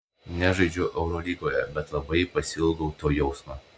nežaidžiu eurolygoje bet labai pasiilgau to jausmo